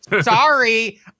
Sorry